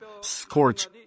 scorch